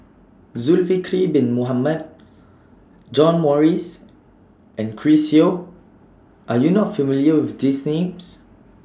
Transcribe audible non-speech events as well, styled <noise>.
Zulkifli Bin Mohamed <noise> John Morrice and Chris Yeo Are YOU not familiar with These Names